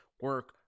Work